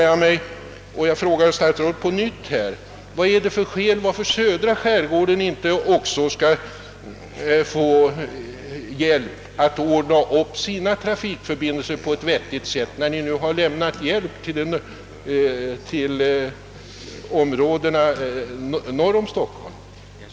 Jag frågar statsrådet på nytt: Vilka skäl finns det för att inte också södra skärgården skall få hjälp med att ordna sina trafikförbindelser, när vi nu har lämnat hjälp till områdena norr om Stockholm?